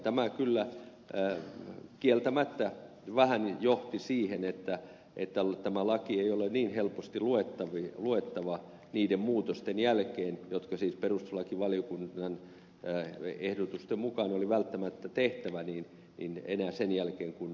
tämä kyllä kieltämättä vähän johti siihen että tämä laki ei ole niin helposti luettava niiden muutosten jälkeen jotka siis perustuslakivaliokunnan ehdotusten mukaan oli välttämättä tehtävä enää sen jälkeen kun nämä muutokset on tehty